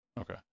Okay